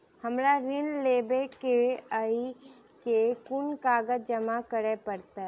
हमरा ऋण लेबै केँ अई केँ कुन कागज जमा करे पड़तै?